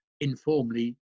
informally